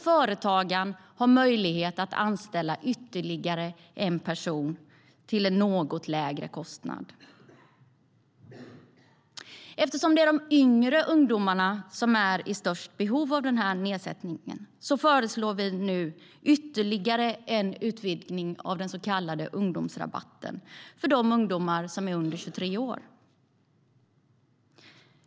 Företagaren har möjlighet att anställa ytterligare en person till en något lägre kostnad. Eftersom det är de yngre ungdomarna som är i störst behov av nedsättningen av arbetsgivaravgiften föreslår vi nu ytterligare en utvidgning av den så kallade ungdomsrabatten för de ungdomar som är under 23 år.